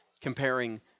comparing